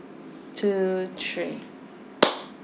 two three